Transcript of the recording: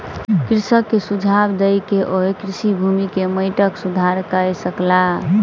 कृषक के सुझाव दय के ओ कृषि भूमि के माइटक सुधार कय सकला